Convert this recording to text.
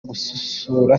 gusura